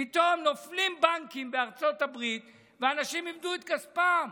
פתאום נופלים בנקים בארצות הברית ואנשים איבדו את כספם.